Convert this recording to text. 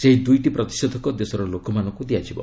ସେହି ଦୁଇ ପ୍ରତିଷେଧକ ଦେଶର ଲୋକମାନଙ୍କୁ ଦିଆଯିବ